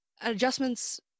adjustments